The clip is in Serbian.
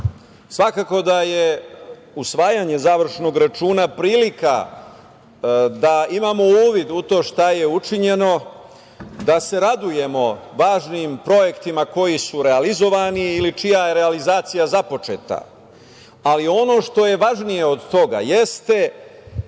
Svakako da je usvajanje završnog računa prilika da imamo uvid u to šta je učinjeno, da se radujemo važnim projektima koji su realizovani ili čija je realizacija započeta, ali ono što je važnije od toga jeste